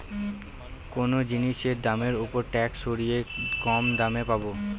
কোনো জিনিসের দামের ওপর ট্যাক্স সরিয়ে কম দামে পাবো